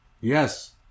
Yes